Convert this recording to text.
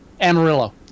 amarillo